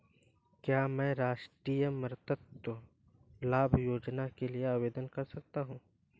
क्या मैं राष्ट्रीय मातृत्व लाभ योजना के लिए आवेदन कर सकता हूँ?